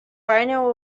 rhino